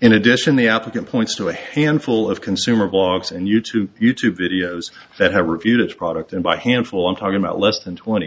in addition the applicant points to a handful of consumer blogs and you too you tube videos that have reviewed its product and by handful i'm talking about less than twenty